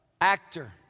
actor